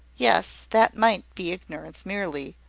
yes that might be ignorance merely,